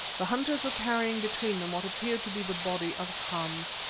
the hunters were carrying between them what appeared to be the body of hans.